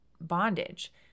bondage